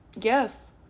yes